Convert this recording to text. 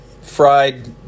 Fried